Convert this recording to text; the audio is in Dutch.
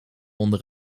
onder